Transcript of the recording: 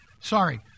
Sorry